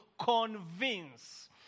convince